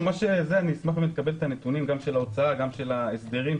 אשמח לקבל נתונים גם על ההוצאה וגם על ההסדרים,